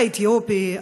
האתיופי,